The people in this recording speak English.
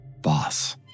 Boss